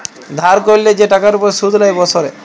ধার ক্যরলে যে টাকার উপর শুধ লেই বসরে